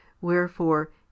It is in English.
Wherefore